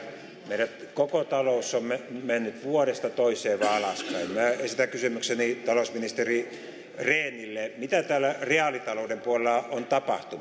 koko taloutemme on mennyt vuodesta toiseen vain alaspäin minä esitän kysymykseni talousministeri rehnille mitä täällä reaalitalouden puolella on